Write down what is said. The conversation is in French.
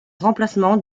remplacement